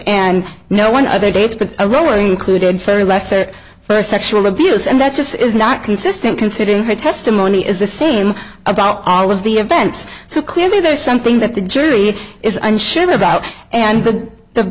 and no one other dates but a roaring included fairy lesser first sexual abuse and that just is not consistent considering her testimony is the same about all of the events so clearly there's something that the jury is unsure about and the the